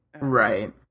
Right